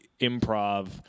improv